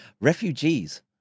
refugees